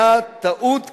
היה טעות קשה,